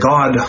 God